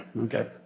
okay